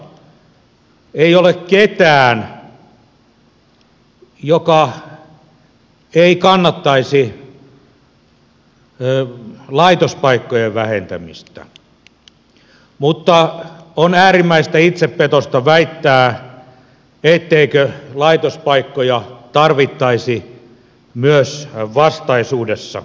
uskon että tässä talossa ei ole ketään joka ei kannattaisi laitospaikkojen vähentämistä mutta on äärimmäistä itsepetosta väittää etteikö laitospaikkoja tarvittaisi myös vastaisuudessa